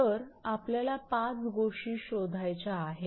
तर आपल्याला 5 गोष्टी शोधायच्या आहेत